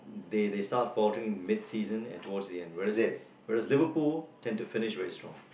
they they start faltering mid season and towards the end whereas whereas Liverpool tends to finish very strong